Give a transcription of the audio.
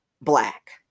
black